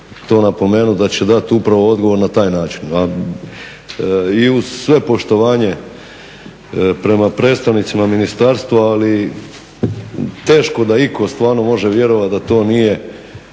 to napomenuti, da će dati upravo odgovor na taj način. I uz sve poštovanje prema predstavnicima ministarstva ali teško da itko stvarno može vjerovati da to nije,